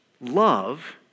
love